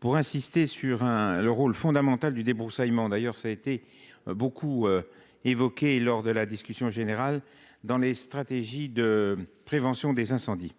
Pour insister sur un le rôle fondamental du débroussaillement d'ailleurs ça a été beaucoup évoqué lors de la discussion générale dans les stratégies de prévention des incendies.